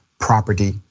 property